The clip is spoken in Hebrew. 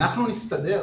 והם יסתדרו.